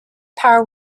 power